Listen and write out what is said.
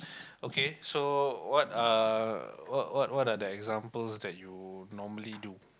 okay so what are what what what are the examples that you normally do